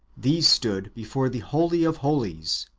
these stood before the holy of holies,